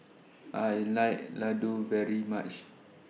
I like Ladoo very much